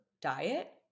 diet